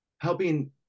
helping